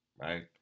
right